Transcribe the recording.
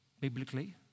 biblically